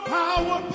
power